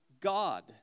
God